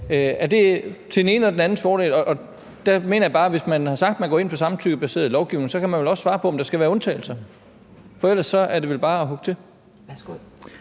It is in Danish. er til den enes eller den andens fordel, og der mener jeg bare, at hvis man har sagt, at man går ind for samtykkebaseret lovgivning, så kan man vel også svare på, om der skal være undtagelser. For ellers er det vel bare at hugge til.